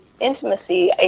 intimacy